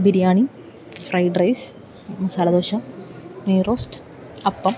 biryani fried rice masala dosa നെയ് roast അപ്പം